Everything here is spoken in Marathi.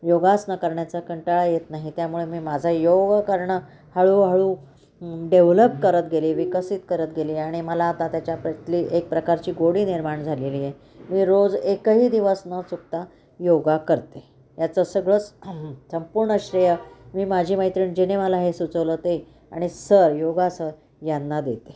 योगासनं करण्याचा कंटळा येत नाही त्यामुळे मी माझा योग करणं हळूहळू डेव्हलप करत गेली विकसित करत गेली आणि मला आता त्याच्या त्यातली एक प्रकारची गोडी निर्माण झालेलीय मी रोज एकही दिवस न चुकता योगा करते याचं सगळंच संपूर्ण श्रेय मी माझी मैत्रिण जिने मला हे सुचवल ते आणि सर योगा सर यांना देते